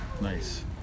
Nice